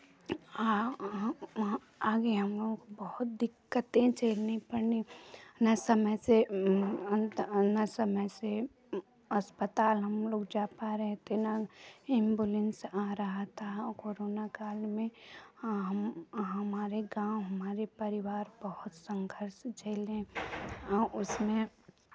वहाँ आगे हम लोगों को बहुत दिक्कतें झेलनी पड़ीं ना समय से अंत और ना समय से अस्पताल हम लोग जा पा रहे थे ना एम्बुलेंस आ रहा था औ कोरोना काल में हम हमारे गाँव हमारे परिवार बहुत संघर्ष झेलें उसमें